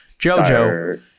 Jojo